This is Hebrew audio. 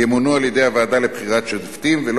ימונו על-ידי הוועדה לבחירת שופטים ולא